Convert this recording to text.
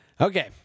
Okay